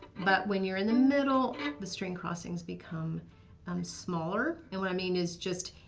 but when you're in the middle and the string crossings become um smaller, and what i mean is just